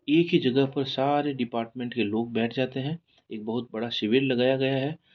एक ही जगह पर सारी डिपार्टमेंट के लोग बैठ जाते हैं एक बहुत बड़ा शिविर लगाया गया है